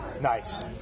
Nice